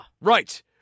Right